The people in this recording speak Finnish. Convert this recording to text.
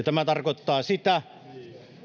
tämä tarkoittaa sitä